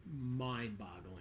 mind-boggling